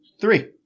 three